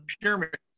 pyramid